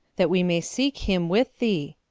that we may seek him with thee.